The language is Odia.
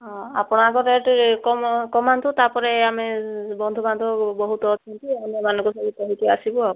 ହଁ ଆପଣ ଆଗ ରେଟ୍ କମ କମାନ୍ତୁ ତା'ପରେ ଆମେ ବନ୍ଧୁବାନ୍ଧବ ବହୁତ ଅଛନ୍ତି ଅନ୍ୟମାନଙ୍କ ସହିତ ଧରିକି ଆସିବୁ ଆଉ